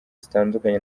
zitandukanye